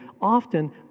often